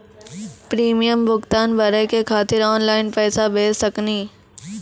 Premium भुगतान भरे के खातिर ऑनलाइन पैसा भेज सकनी?